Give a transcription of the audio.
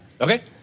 Okay